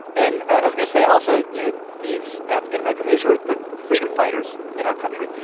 and i'm going to say also you know these african-american these were the freedom fighters in our country.